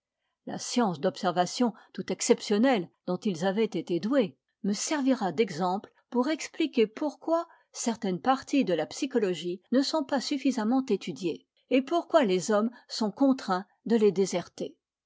la science d'observation tout exceptionnelle dont ils avaient été doués me servira d'exemple pour expliquer pourquoi certaines parties de la psychologie ne sont pas suffisamment étudiées et pourquoi les hommes sont contraints de les déserter